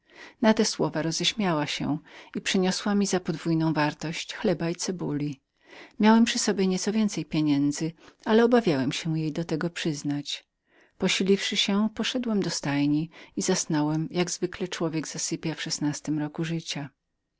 na te słowa roześmiała się i przyniosła mi za podwójną wartość chleba i cebuli posiliwszy się poszedłem do stajni i zasnąłem jak zwykle człowiek zasypia w szesnastym roku życia